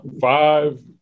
five